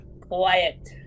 Quiet